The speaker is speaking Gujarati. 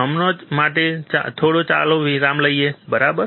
હમણાં માટે ચાલો થોડો વિરામ લઈએ બરાબર